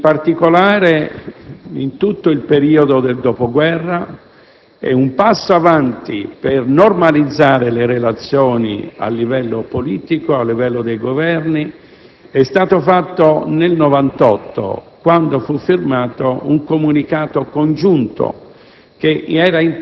in particolare in tutto il periodo del dopoguerra. Un passo avanti per normalizzare le relazioni a livello politico e dei Governi è stato fatto nel 1998, quando fu firmato un comunicato congiunto